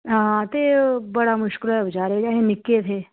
हां ते बड़ा मुश्कल होआ दा बचारें अजें निक्के थे